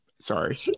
sorry